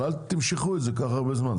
אבל אל תימשכו את זה כל כך הרבה זמן,